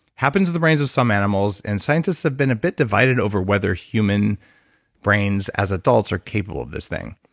happens in the brains of some animals, and scientists have been a bit divided over whether human brains as adults are capable of this thing.